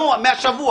מהשבוע.